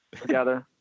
together